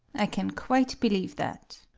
i can quite believe that.